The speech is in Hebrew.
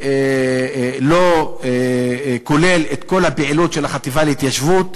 ולא כולל את כל הפעילות של החטיבה להתיישבות.